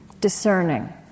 Discerning